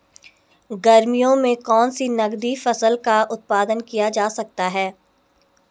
गर्मियों में कौन सी नगदी फसल का उत्पादन किया जा सकता है?